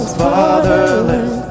fatherless